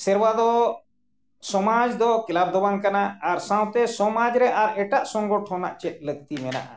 ᱥᱮᱨᱣᱟ ᱫᱚ ᱥᱚᱢᱟᱡᱽ ᱫᱚ ᱠᱞᱟᱵ ᱫᱚ ᱵᱟᱝ ᱠᱟᱱᱟ ᱟᱨ ᱥᱟᱶᱛᱮ ᱥᱚᱢᱟᱡᱽ ᱨᱮ ᱟᱨ ᱮᱴᱟᱜ ᱥᱚᱝᱜᱚᱴᱷᱚᱱᱟᱜ ᱪᱮᱫ ᱞᱟᱹᱠᱛᱤ ᱢᱮᱱᱟᱜᱼᱟ